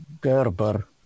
Gerber